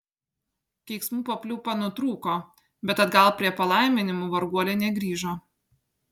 keiksmų papliūpa nutrūko bet atgal prie palaiminimų varguolė negrįžo